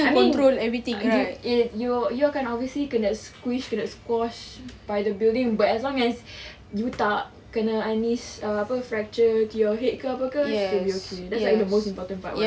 I mean dia if you you akan obviously kena squish kena squash by the building but as long as you tak kena uh ni apa fracture your head ke apa ke should be okay that's like the most important part [what]